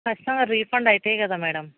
ఖచ్చితంగా రీఫండ్ అవుతాయి కదా మ్యాడమ్